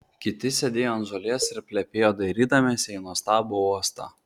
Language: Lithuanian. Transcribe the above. kiti sėdėjo ant žolės ir plepėjo dairydamiesi į nuostabų uostą